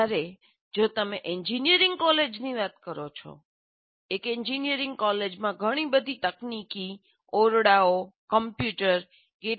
જ્યારે જો તમે એન્જિનિયરિંગ કોલેજની વાત કરો છો એક એન્જિનિયરિંગ કોલેજમાં ઘણી બધી તકનીકી ઓરડાઓ કમ્પ્યુટર કેટલાક નિયમો વગેરે છે